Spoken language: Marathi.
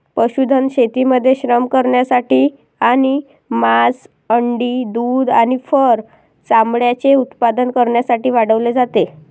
पशुधन शेतीमध्ये श्रम करण्यासाठी आणि मांस, अंडी, दूध आणि फर चामड्याचे उत्पादन करण्यासाठी वाढवले जाते